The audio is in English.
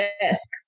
desk